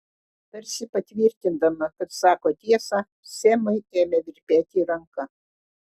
tarsi patvirtindama kad sako tiesą semui ėmė virpėti ranka